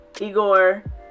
Igor